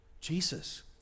Jesus